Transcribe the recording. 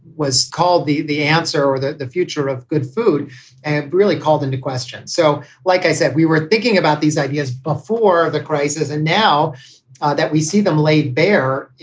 was called the the answer or the the future of good food and really called into question. so like i said, we were thinking about these ideas before the crisis and now that we see them laid bare,